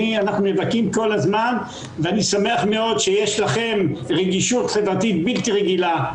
אנחנו נאבקים כל הזמן ואני שמח מאוד שיש לכם רגישות חברתית בלתי רגילה,